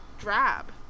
drab